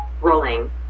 Rolling